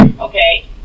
Okay